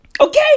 okay